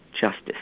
justice